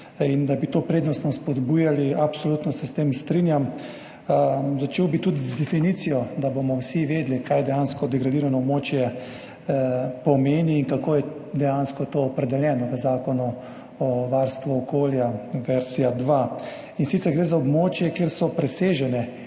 in da bi to prednostno spodbujali. Absolutno se s tem strinjam. Začel bi tudi z definicijo, da bomo vsi vedeli, kaj dejansko degradirano območje pomeni in kako je dejansko to opredeljeno v Zakonu o varstvu okolja, verziji 2. In sicer gre za območje, kjer so presežene